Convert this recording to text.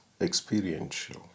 experiential